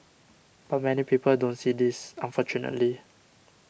but many people don't see this unfortunately